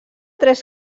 tres